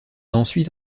ensuite